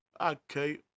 Okay